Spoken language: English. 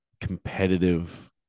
competitive